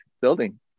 building